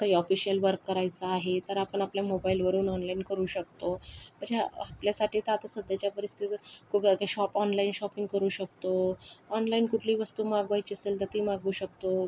काही official work करायचं आहे तर आपण आपल्या मोबाईलवरून ऑनलाईन करू शकतो अशा आपल्यासाठी तर आता सध्याच्या परिस्थितीत गूगलने शॉप ऑनलाईन शॉपिंग करू शकतो ऑनलाईन कुठलीही वस्तू मागवायची असेल तर ती मागवू शकतो